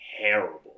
terrible